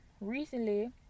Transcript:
recently